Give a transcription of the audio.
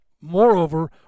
moreover